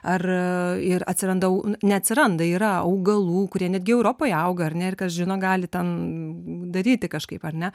ar ir atsiranda neatsiranda yra augalų kurie netgi europoje auga ar ne ir kas žino gali ten daryti kažkaip ar ne